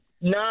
No